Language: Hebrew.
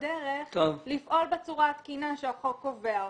הדרך לפעול בצורה התקינה שהחוק קובע אותה.